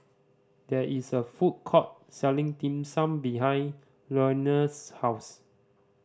there is a food court selling Dim Sum behind Lenore's house